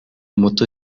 muto